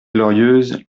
glorieuse